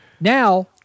Now